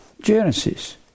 Genesis